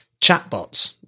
chatbots